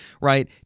right